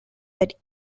that